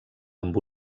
amb